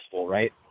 right